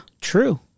true